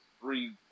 three